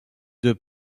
deux